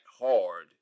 hard